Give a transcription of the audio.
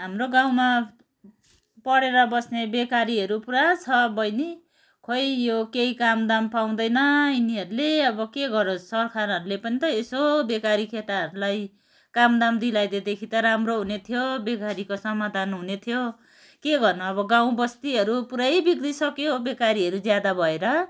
हाम्रो गाउँमा पढेर बस्ने बेकारीहरू पुरा छ बहिनी खोई यो केही कामदाम पाउँदैन उनीहरूले अब के गरोस् सरकारहरूले पनि त यसो बेकारी केटाहरूलाई काम दाम दिलाई दिएदेखि त राम्रो हुने थियो बेकारीको समाधान हुने थियो के गर्नु अब गाउँ बस्तीहरू पुरै बिग्रिसक्यो बेकारीहरू ज्यादा भएर